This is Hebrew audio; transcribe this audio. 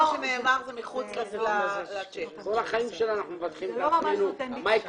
כל החיים שלנו אנחנו מבטחים את עצמנו מה